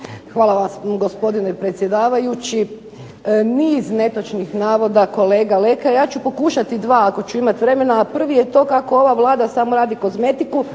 Hvala vam puno gospodine predsjedavajući. Niz netočnih navoda kolege Leke. Ja ću pokušati 2 ako ću imati vremena. A prvi je to kako ova Vlada samo radi kozmetiku